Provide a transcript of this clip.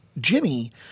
Jimmy